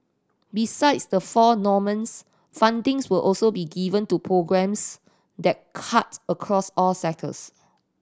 besides the four domains fundings will also be given to programmes that cut across all sectors